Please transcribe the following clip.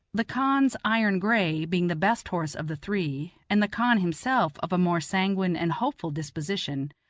the khan's iron-gray being the best horse of the three, and the khan himself of a more sanguine and hopeful disposition,